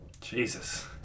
Jesus